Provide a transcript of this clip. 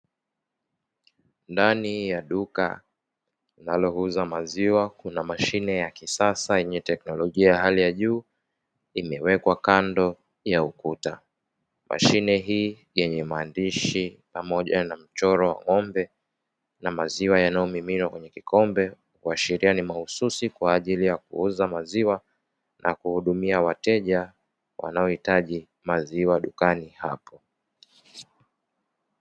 Ndani ya duka linalouza maziwa kuna mashine ya kisasa yenye teknolojia ya hali ya juu, imewekwa kando ya friji. Mashine hii yenye maandishi pamoja na mchoro ng'ombe na maziwa yanayomiminwa kwenye kikombe, huashiria ni mahususi kwa ajili ya kuuza maziwa na kuhudumia wateja wanaohitaji maziwa dukani hapo.